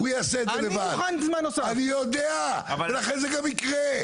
אני יכול להקריא אבל זה משהו נורא ראשוני.